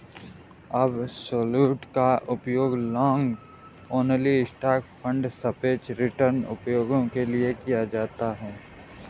absolute का उपयोग long only stock fund सापेक्ष रिटर्न उपायों के लिए किया जाता है